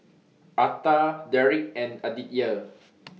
Arta Deric and Aditya